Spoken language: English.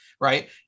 right